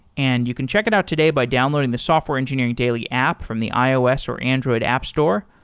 and you can check it out today by downloading the software engineering daily app from the ios or android app store,